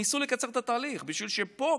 ניסו לקצר את התהליך בשביל שפה,